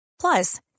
plus